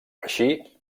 així